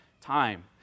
time